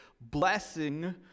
Blessing